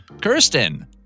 Kirsten